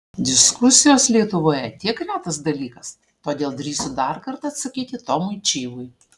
diskusijos lietuvoje tiek retas dalykas todėl drįsiu dar kartą atsakyti tomui čyvui